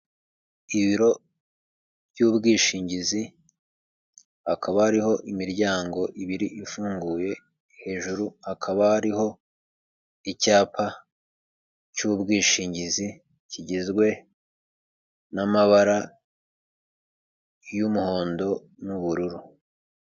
Ibiro by'ubwishingizi hakaba hariho imiryango ibiri ifunguye, hejuru hakaba hariho icyapa cy'ubwishingizi, kigizwe n'amabara y'umuhondo n'ubururu.